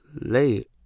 late